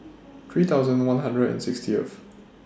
three thousand one hundred and sixtieth